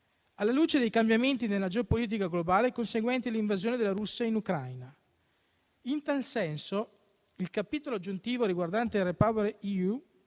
alla luce dei cambiamenti nella geopolitica globale conseguente l'invasione della Russia in Ucraina. In tal senso il capitolo aggiuntivo riguardante il REPowerEU